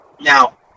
Now